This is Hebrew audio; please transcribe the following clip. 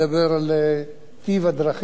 מסלולי הנסיעה שבהם אנחנו משתמשים.